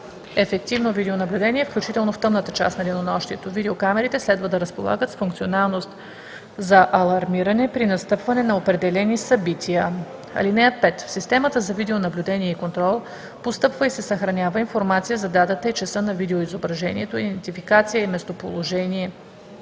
ефективно видеонаблюдение, включително в тъмната част на денонощието. Видеокамерите следва да разполагат с функционалност за алармиране при настъпване на определени събития. (5) В системата за видеонаблюдение и контрол постъпва и се съхранява информация за датата и часа на видеоизображението, идентификация и местоположение